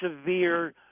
severe